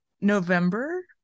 November